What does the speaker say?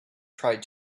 tried